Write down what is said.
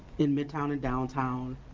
in midtown and downtown,